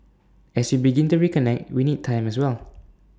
as we begin to reconnect we need time as well